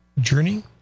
journey